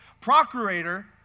procurator